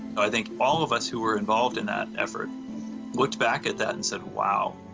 i think all of us who were involved in that effort looked back at that and said, wow,